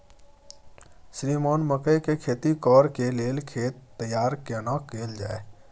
श्रीमान मकई के खेती कॉर के लेल खेत तैयार केना कैल जाए?